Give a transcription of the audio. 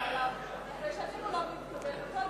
ושנים הוא לא מתקבל.